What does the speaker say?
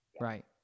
Right